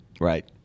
Right